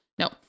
No